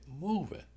moving